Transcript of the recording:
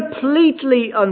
completely